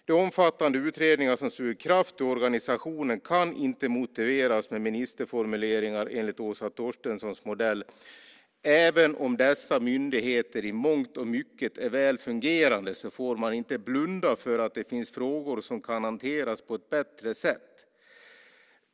De omfattande utredningar som suger kraft ur organisationen kan inte motiveras med ministerformuleringar enligt Åsa Torstenssons modell. Även om dessa myndigheter i mångt och mycket är väl fungerande får man inte blunda för att det finns frågor som kan hanteras på ett bättre sätt.